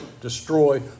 destroy